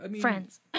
Friends